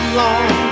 long